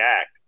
act